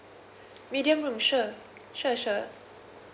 medium sure sure sure